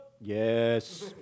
Yes